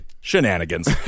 shenanigans